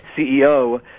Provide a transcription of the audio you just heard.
CEO